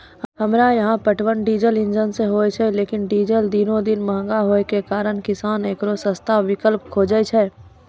हमरा यहाँ पटवन डीजल इंजन से होय छैय लेकिन डीजल दिनों दिन महंगा होय के कारण किसान एकरो सस्ता विकल्प खोजे छैय?